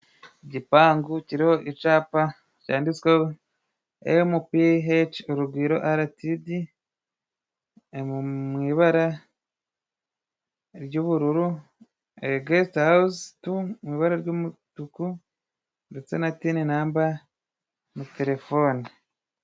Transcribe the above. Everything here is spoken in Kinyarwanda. Igipangu kiriho icapa cyanditswe ho emupiheci urugwiro aratidi mu ibara ry'ubururu, Gesite hawuzi tu mu ibara ry'umutuku ndetse na tini namba na terefone.